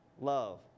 love